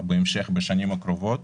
בשנים הקרובות.